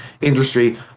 industry